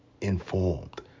informed